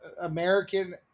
American